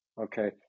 Okay